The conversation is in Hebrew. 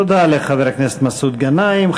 תודה לחבר הכנסת מסעוד גנאים.